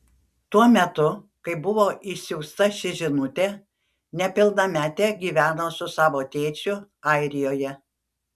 tuo metu kai buvo išsiųsta ši žinutė nepilnametė gyveno su savo tėčiu airijoje